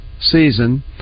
season